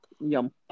Yum